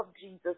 Jesus